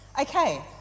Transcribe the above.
Okay